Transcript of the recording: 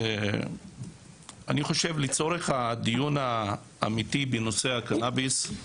אני חושב לצורך הדיון האמיתי בנושא הקנביס,